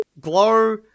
Glow